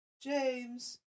James